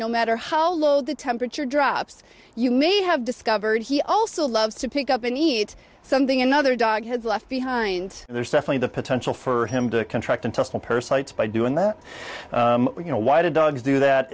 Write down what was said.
no matter how low the temperature drops you may have discovered he also loves to pick up an eat something another dog had left behind and there's definitely the potential for him to contract intestinal parasites by doing that you know why did dogs do that